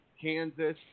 Kansas